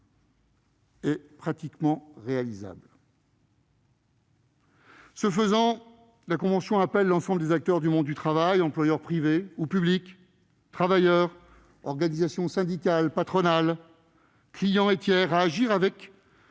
« pratiquement réalisable